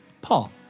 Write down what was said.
Paul